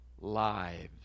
lives